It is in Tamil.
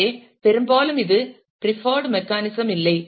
எனவே பெரும்பாலும் இது பிரிபர்ட் மெக்கானிசம் இல்லை